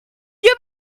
give